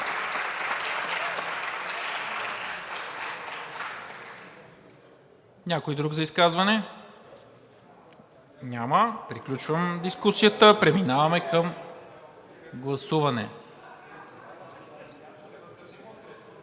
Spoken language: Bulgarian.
Някой друг за изказване? Няма. Приключвам дискусията. Преминаваме към гласуване